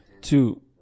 two